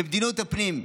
במדיניות הפנים.